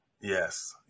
yes